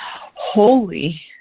holy